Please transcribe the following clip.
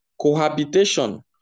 Cohabitation